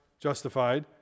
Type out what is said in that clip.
justified